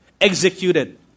executed